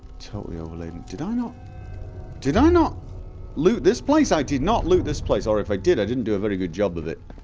totally over-laden did i not did i not loot this place? i did not loot this place or if i did, i didn't do a very good job of it